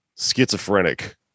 schizophrenic